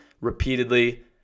repeatedly